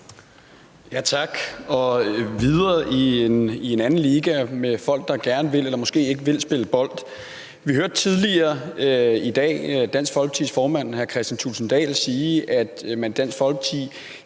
Tak. Og videre i en anden liga med folk, der gerne vil eller måske ikke vil spille bold: Vi hørte tidligere i dag Dansk Folkepartis formand, hr. Kristian Thulesen Dahl, sige, at man i Dansk Folkeparti